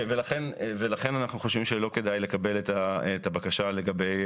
ולכן אנחנו חושבים שלא כדאי לקבל את הבקשה לגבי